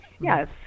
Yes